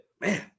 man